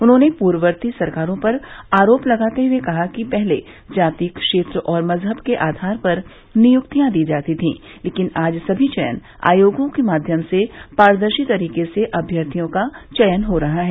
उन्होंने पूर्ववर्ती सरकारों पर आरोप लगाते हुए कहा कि पहले जाति क्षेत्र और मजहब के आधार पर नियुक्तियां दी जाती थीं लेकिन आज सभी चयन आयोगों के माध्यम से पारदर्शी तरीके से अम्यर्थियों का चयन हो रहा है